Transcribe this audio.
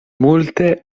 multe